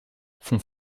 font